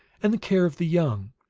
and the care of the young.